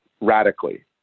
radically